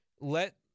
let